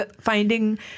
Finding